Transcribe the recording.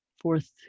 fourth